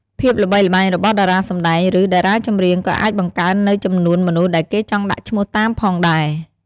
ភាពល្បីល្បាញរបស់តារាសម្ដែង ឬ តារាចម្រៀងក៏អាចបង្កើននូវចំនួនមនុស្សដែលគេចង់់ដាក់ឈ្មោះតាមផងដែរ។